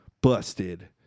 busted